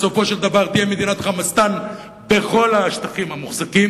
בסופו של דבר תהיה מדינת "חמאסטן" בכל השטחים המוחזקים,